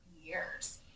years